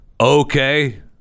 Okay